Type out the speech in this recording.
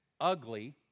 ugly